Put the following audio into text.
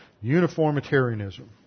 Uniformitarianism